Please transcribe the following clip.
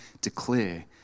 declare